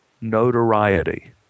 notoriety